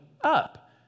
up